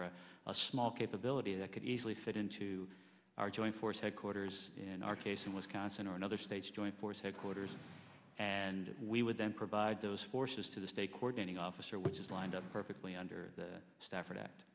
or a small capability that could easily fit into our joint force headquarters in our case in wisconsin or in other states joint force headquarters and we would then provide those forces to the state coordinating officer which is lined up perfectly under the staffor